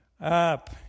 up